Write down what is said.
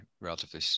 relatively